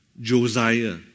Josiah